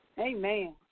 amen